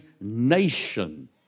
nation